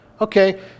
Okay